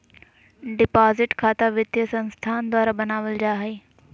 deposit खता वित्तीय संस्थान द्वारा बनावल जा हइ